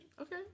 okay